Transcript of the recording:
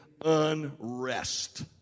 Unrest